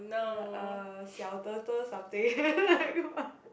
uh 小 turtle something like what